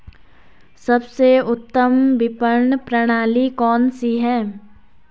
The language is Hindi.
सबसे उत्तम विपणन प्रणाली कौन सी है?